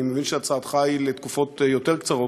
אני מבין שהצעתך היא לתקופות יותר קצרות,